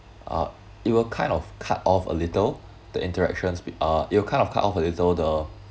uh it will kind of cut off a little the interactions uh it'll kind of cut off a little the